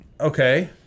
Okay